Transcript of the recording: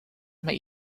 might